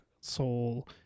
soul